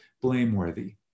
blameworthy